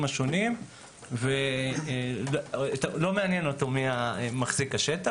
השונים ולא מעניין אותו מי מחזיק השטח.